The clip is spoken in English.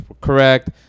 correct